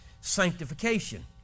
sanctification